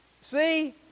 See